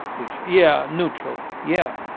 neutral yeah, neutral. yeah,